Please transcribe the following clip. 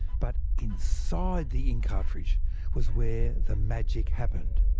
but inside the ink cartridge was where the magic happened.